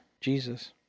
Jesus